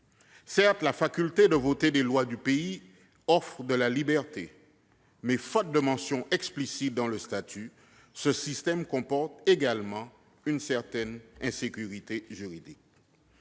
Certes, la faculté de voter des lois du pays offre de la liberté. Mais, faute de mention explicite dans le statut, ce système comporte également une certaine insécurité juridique.